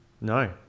No